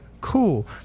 cool